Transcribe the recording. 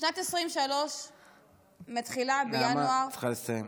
שנת 2023 מתחילה בינואר, נעמה, את צריכה לסיים.